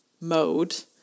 mode